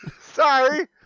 sorry